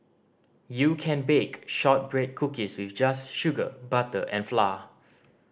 you can bake shortbread cookies with just sugar butter and flour